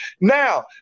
Now